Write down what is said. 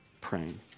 praying